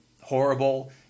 horrible